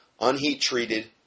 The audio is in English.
unheat-treated